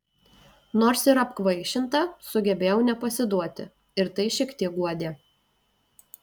nors ir apkvaišinta sugebėjau nepasiduoti ir tai šiek tiek guodė